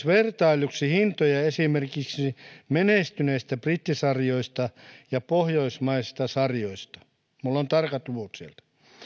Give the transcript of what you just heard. vertailuksi hintoja myös esimerkiksi menestyneistä brittisarjoista ja pohjoismaisista sarjoista minulla on tarkat luvut sieltä